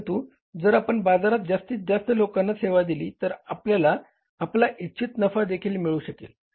परंतु जर आपण बाजारात जास्तीत जास्त लोकांना सेवा दिली तर आपल्याला आपला इच्छित नफादेखील मिळू शकेल